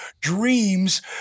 dreams